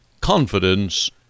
confidence